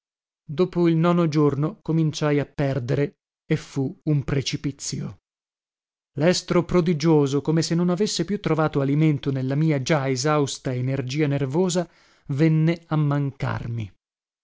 dopo il nono giorno cominciai a perdere e fu un precipizio lestro prodigioso come se non avesse più trovato alimento nella mia già esausta energia nervosa venne a mancarmi